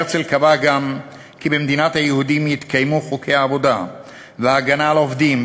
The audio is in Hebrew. הרצל קבע גם כי במדינת היהודים יתקיימו חוקי עבודה והגנה על עובדים,